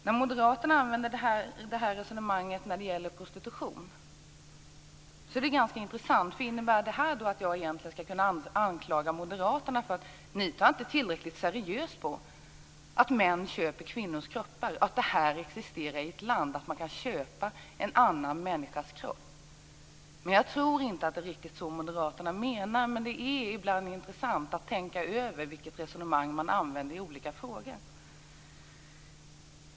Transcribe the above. När moderaterna använder det resonemanget i fråga om prostitution blir det ganska intressant. Innebär det att jag egentligen kan anklaga er moderater för att inte ta tillräckligt seriöst på detta med att män köper kvinnors kroppar - alltså på att det existerar i ett land att man kan köpa en annan människas kropp? Det är nog inte riktigt så Moderaterna menar men ibland är det intressant att tänka över vilket resonemang som används i olika frågor.